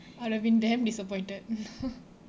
I'll have been damn disappointed